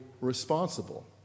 responsible